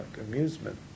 amusement